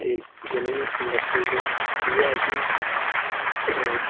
ते gaming industry च इ'यै कि